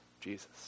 Jesus